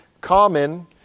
common